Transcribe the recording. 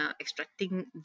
extracting